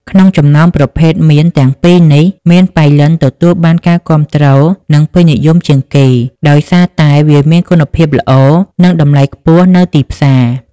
ក្នុងចំណោមប្រភេទមៀនទាំងពីរនេះ មៀនប៉ៃលិន ទទួលបានការគាំទ្រ និងពេញនិយមជាងគេ ដោយសារតែវាមានគុណភាពល្អ និងតម្លៃខ្ពស់នៅទីផ្សារ។